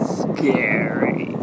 scary